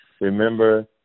remember